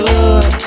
Good